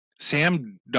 Sam